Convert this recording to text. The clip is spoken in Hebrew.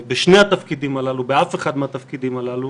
בשני התפקידים הללו, באף אחד מהתפקידים הללו